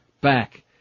back